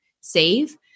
save